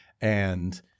And-